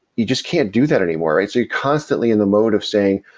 you just can't do that anymore, right? you're constantly in the mode of saying,